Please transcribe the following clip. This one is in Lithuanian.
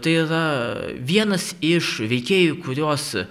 tai yra vienas iš veikėjų kuriuos